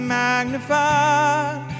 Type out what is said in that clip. magnified